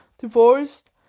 divorced